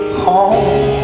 home